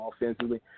offensively